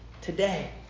today